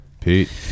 Pete